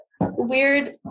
weird